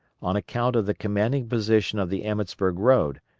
on account of the commanding position of the emmetsburg road,